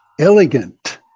Elegant